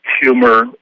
humor